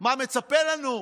מה מצפה לנו,